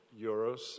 euros